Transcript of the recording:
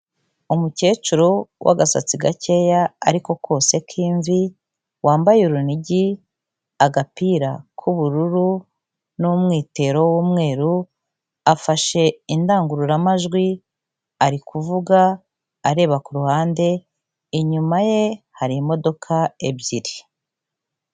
Umukecuru w'agasatsi gakeya ariko kose k'imvi wambaye urunigi, agapira k'ubururu n'umwitero w'umweru, afashe indangururamajwi ari kuvuga areba ku ruhande, inyuma ye hari imodoka ebyiri.